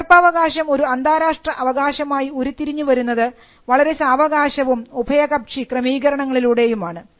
പകർപ്പാവകാശം ഒരു അന്താരാഷ്ട്ര അവകാശമായി ഉരുത്തിരിഞ്ഞു വരുന്നത് വളരെ സാവകാശവും ഉഭയകക്ഷി ക്രമീകരണങ്ങളിലൂടെയുമാണ്